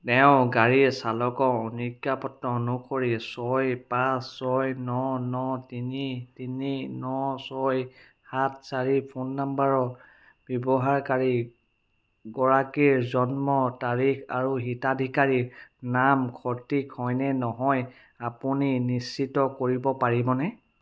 তেওঁৰ গাড়ী চালকৰ অনুজ্ঞা পত্ৰ অনুসৰি ছয় পাঁচ ছয় ন ন তিনি তিনি ন ছয় সাত চাৰি ফোন নম্বৰৰ ব্যৱহাৰকাৰী গৰাকীৰ জন্মৰ তাৰিখ আৰু হিতাধিকাৰীৰ নাম সঠিক হয় নে নহয় আপুনি নিশ্চিত কৰিব পাৰিবনে